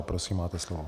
Prosím, máte slovo.